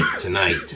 tonight